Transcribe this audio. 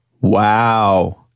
Wow